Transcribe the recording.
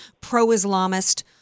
pro-Islamist